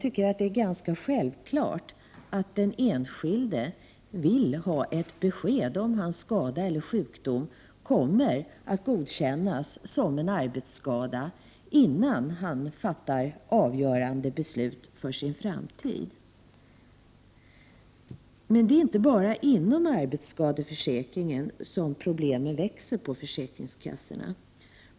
Det är ganska självklart att den enskilde vill ha ett besked om hans skada eller sjukdom kommer att godkännas som en arbetsskada innan han fattar beslut som är avgörande för hans framtid. Det är inte bara inom arbetsskadeförsäkringen som problemen på försäkringskassorna växer.